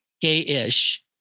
gay-ish